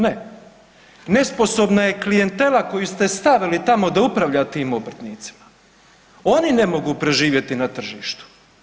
Ne, nesposobna je klijentela koju ste stavili tamo da upravlja tim obrtnicima, oni ne mogu preživjeti na tržištu.